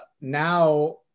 Now